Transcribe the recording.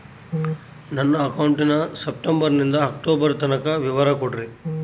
ನನ್ನ ಅಕೌಂಟಿನ ಸೆಪ್ಟೆಂಬರನಿಂದ ಅಕ್ಟೋಬರ್ ತನಕ ವಿವರ ಕೊಡ್ರಿ?